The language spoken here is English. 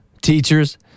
teachers